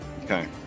Okay